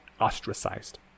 ostracized